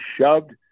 shoved